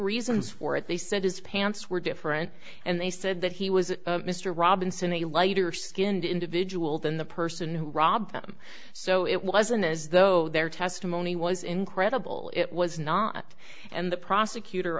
reasons for it they said his pants were different and they said that he was mr robinson a lighter skinned individual than the person who robbed him so it wasn't as though their testimony was incredible it was not and the prosecutor